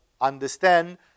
understand